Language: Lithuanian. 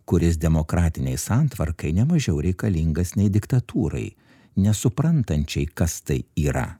kuris demokratinei santvarkai nemažiau reikalingas nei diktatūrai nesuprantančiai kas tai yra